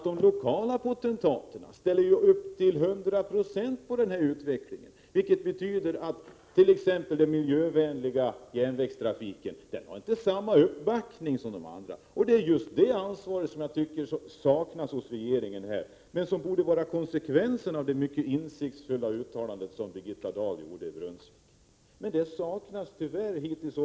De lokala potentaterna ställer t.o.m. upp till 100 96 bakom den här utvecklingen, vilket betyder att t.ex. den miljövänliga järnvägstrafiken inte får samma. uppbackning som annan trafik. Just detta ansvar saknas hos regeringen, men det borde vara konsekvensen av det mycket insiktsfulla uttalande som Birgitta Dahl gjorde i Brunnsvik. Det saknas tyvärr hittills.